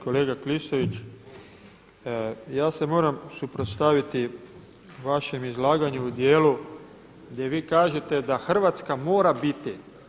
Kolega Klisović, ja se moram suprotstaviti vašem izlaganju u dijelu gdje vi kažete da Hrvatska mora biti.